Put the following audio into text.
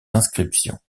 inscriptions